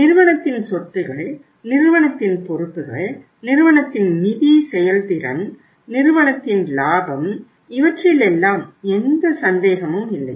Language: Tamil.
நிறுவனத்தின் சொத்துக்கள் நிறுவனத்தின் பொறுப்புகள் நிறுவனத்தின் நிதி செயல்திறன் நிறுவனத்தின் லாபம் இவற்றிலெல்லாம் எந்த சந்தேகமும் இல்லை